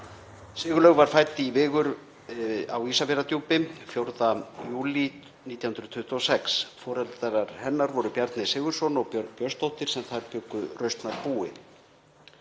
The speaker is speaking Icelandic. Sigurlaug var fædd í Vigur í Ísafjarðardjúpi 4. júlí 1926. Foreldrar hennar voru Bjarni Sigurðsson og Björg Björnsdóttir sem þar bjuggu rausnarbúi.